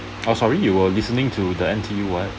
oh sorry you were listening to the N_T_U what